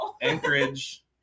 Anchorage